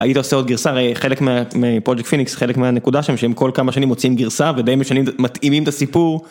היית עושה עוד גרסה חלק מהפרויקט פיניקס חלק מהנקודה שהם שהם כל כמה שנים מוצאים גרסה ודי משנים מתאימים את הסיפור.